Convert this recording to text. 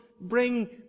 bring